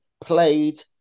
played